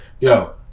Yo